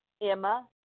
Emma